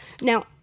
Now